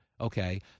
Okay